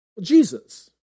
Jesus